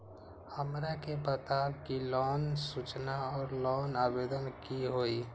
हमरा के बताव कि लोन सूचना और लोन आवेदन की होई?